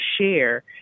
share